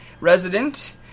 resident